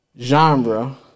genre